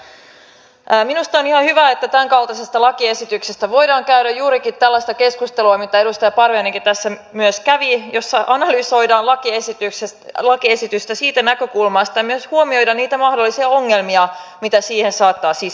minusta on ihan hyvä että tämänkaltaisesta lakiesityksestä voidaan käydä juurikin tällaista keskustelua mitä edustaja parviainenkin tässä myös kävi ja missä analysoidaan lakiesitystä siitä näkökulmasta että myös huomioidaan niitä mahdollisia ongelmia mitä siihen saattaa sisältyä